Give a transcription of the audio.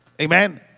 Amen